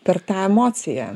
per tą emociją